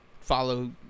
follow